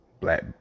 black